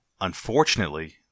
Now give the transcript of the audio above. unfortunately